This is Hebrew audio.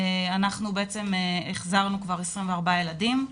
אנחנו בעצם החזרנו כבר 24 ילדים.